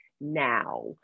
now